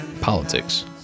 politics